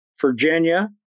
Virginia